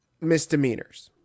misdemeanors